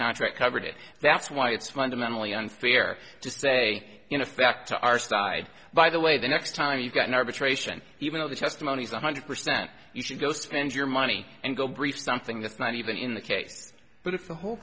contract covered it that's why it's fundamentally unfair to say you know affect to our side by the way the next time you've got an arbitration even though the testimony is one hundred percent you should go spend your money and go brief something that's not even in the case but it's the whole